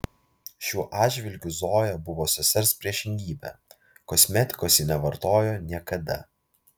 šiuo atžvilgiu zoja buvo sesers priešingybė kosmetikos ji nevartojo niekada